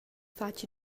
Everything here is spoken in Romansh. fatg